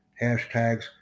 hashtags